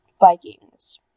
Vikings